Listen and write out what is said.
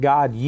God